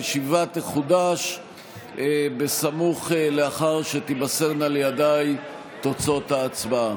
הישיבה תחודש לאחר שתימסרנה לידיי תוצאות ההצבעה.